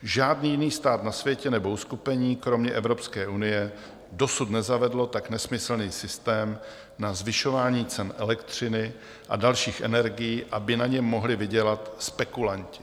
Žádný jiný stát na světě nebo uskupení kromě Evropské unie dosud nezavedlo tak nesmyslný systém na zvyšování cen elektřiny a dalších energií, aby na něm mohli vydělat spekulanti.